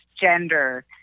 gender